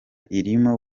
irimo